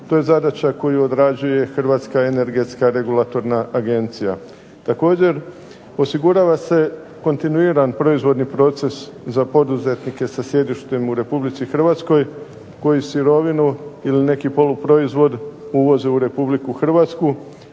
To je zadaća koju odrađuje Hrvatska energetska regulatorna agencija. Također osigurava se kontinuiran proizvodni proces za poduzetnike sa sjedištem u RH koji sirovinu ili neki poluproizvod uvoze u RH, a koja se